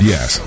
Yes